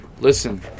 Listen